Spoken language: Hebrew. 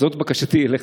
זאת בקשתי אליך,